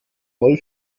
voll